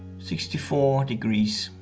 sixty four degc.